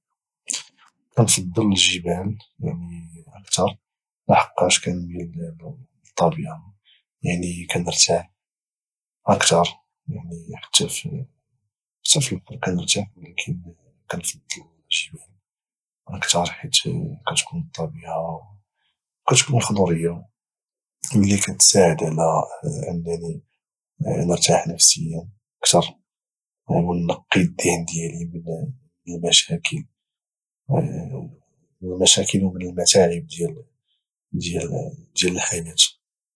كنفضل الجبال يعني اكثر لحقاش كانميل الطبيعه يعني كنرتاح اكثر يعني حتى في البحر كانرتاح ولكن كنفضل الجبال اكثر حيت كتكون الطبيعة والخضورية اللي كتساعد على انني نرتاح نفسيا كتر ونقي الدهن ديالي من المشاكل والمتاعب ديال الحياة